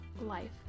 life